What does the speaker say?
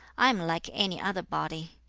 i am like any other body.